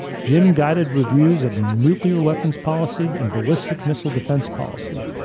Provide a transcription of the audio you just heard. jim guided reviews of nuclear weapons policy and ballistic missile defense policy,